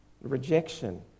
rejection